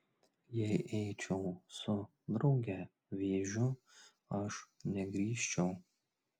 jei eičiau su drauge vėžiu aš negrįžčiau